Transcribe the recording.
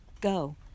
go